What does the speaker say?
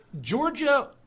Georgia